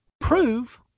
Prove